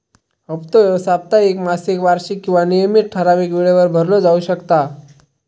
हप्तो ह्यो साप्ताहिक, मासिक, वार्षिक किंवा नियमित ठरावीक वेळेवर भरलो जाउ शकता